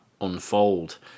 unfold